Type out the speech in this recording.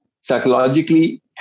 psychologically